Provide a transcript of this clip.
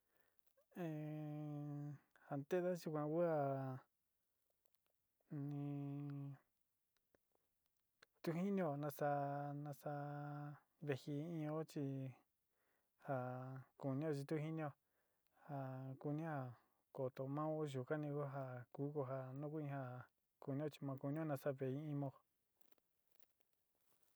jan te'eda chi nguahua ni tu jinío nasa'á nasa'á ndejí i'ío chi ja kunio chi tu jinio ja kunia kóto mao yukani kuaja kuu ko'ja noku in ja kunio chi ma'a kunio nasa'á veé in mao.